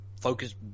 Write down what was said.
focus